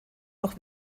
auch